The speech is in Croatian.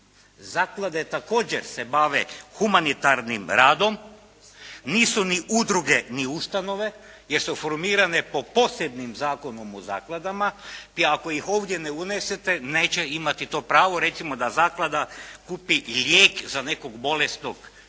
Zaklade također se bave humanitarnim radom, nisu ni udruge ni ustanove, jer su formirane po posebnim Zakonom o zakladama i ako ih ovdje ne unesete neće imati to pravo. Recimo da zaklada kupi lijek za nekog bolesnog u